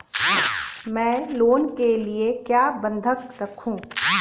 मैं लोन के लिए क्या बंधक रखूं?